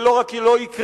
זה לא רק לא יקרה,